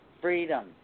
Freedom